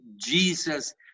Jesus